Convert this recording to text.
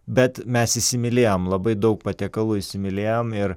bet mes įsimylėjom labai daug patiekalų įsimylėjom ir